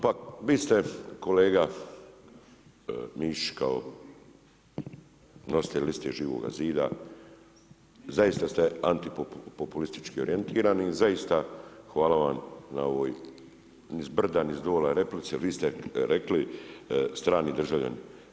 Pa vi ste kolega Mišić kao nositelj liste Živoga zida zaista ste antipopulistički orijentirani i zaista hvala vam na ovoj ni zbrda ni zdola replici, ali vi ste rekli strani državljani.